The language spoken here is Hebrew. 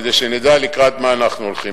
כדי שנדע לקראת מה אנחנו הולכים.